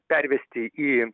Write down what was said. pervesti į